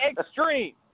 extreme